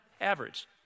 average